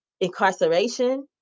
incarceration